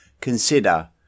consider